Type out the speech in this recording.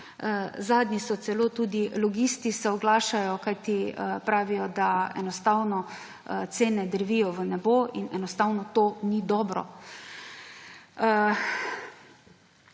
Zadnji se celo tudi logisti oglašajo, kajti pravijo, da enostavno cene drvijo v nebo in enostavno to ni dobro.